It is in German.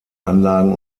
anlagen